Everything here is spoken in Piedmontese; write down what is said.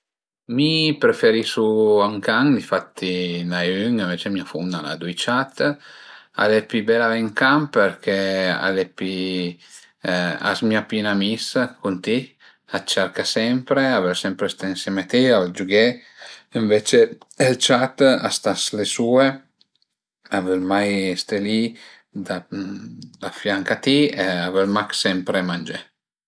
Mi preferisu ün can infatti ën ai ün ënvece mia fumna al a dui ciat. Al e pi bel avé ün can perché al e pi, a zmìa pi ün amis cun ti, a t'cerca sempre, a völ sempre ste ënsema a ti, a völ giughé ënvece ël ciat a sta s'le sue, a völ mai ste li da fianch a ti e a völ mach sempre mangé